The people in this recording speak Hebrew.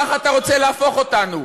ככה אתה רוצה להפוך אותנו.